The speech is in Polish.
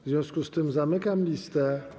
W związku z tym zamykam listę.